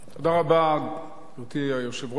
גברתי היושבת-ראש,